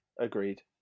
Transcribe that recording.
agreed